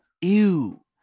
Ew